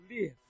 Live